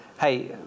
hey